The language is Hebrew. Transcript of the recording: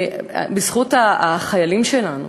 בזכות החיילים שלנו,